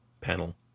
panel